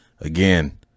Again